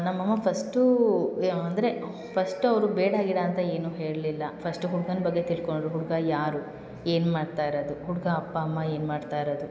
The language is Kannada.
ನಮ್ಮ ಅಮ್ಮ ಫಸ್ಟೂ ಅಂದರೆ ಫಸ್ಟ್ ಅವರು ಬೇಡ ಗೀಡ ಅಂತ ಏನೂ ಹೇಳಲಿಲ್ಲ ಫಸ್ಟು ಹುಡ್ಗನ ಬಗ್ಗೆ ತಿಳ್ಕೊಂಡರು ಹುಡುಗ ಯಾರು ಏನು ಮಾಡ್ತಾ ಇರೋದು ಹುಡುಗ ಅಪ್ಪ ಅಮ್ಮ ಏನು ಮಾಡ್ತಾ ಇರೋದು